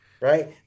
Right